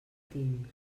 tinc